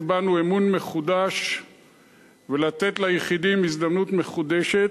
בנו אמון מחודש ולתת ליחידים הזדמנות מחודשת,